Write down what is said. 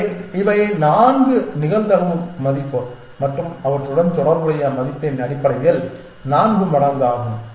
எனவே இவை 4 நிகழ்தகவு மதிப்பு மற்றும் அவற்றுடன் தொடர்புடைய மதிப்பின் அடிப்படையில் 4 மடங்கு ஆகும்